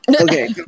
Okay